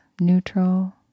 neutral